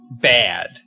Bad